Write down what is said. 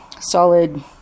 solid